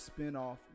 spinoff